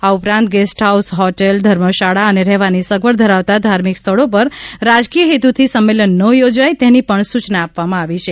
આ ઉપરાંત guest house hotel ધર્મશાળા અને રહેવાની સગવડ ધરાવતા ધાર્મિક સ્થળો પર રાજકીય હેતુથી સંમેલન ન યોજાય તેની પણ સૂચના આપવામાં આવી છે